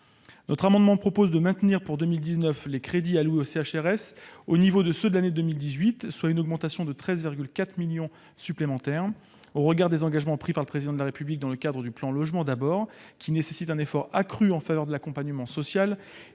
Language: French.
cet amendement, nous proposons de maintenir pour 2019 les crédits alloués aux CHRS au niveau de ceux de l'année 2018, soit une augmentation de 13,4 millions d'euros. Au regard des engagements pris par le Président de la République dans le cadre du plan Logement d'abord, qui nécessite un effort accru en faveur de l'accompagnement social,